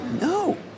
No